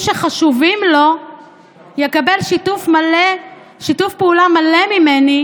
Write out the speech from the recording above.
שחשובים לו יקבל שיתוף פעולה מלא ממני,